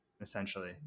essentially